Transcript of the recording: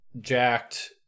jacked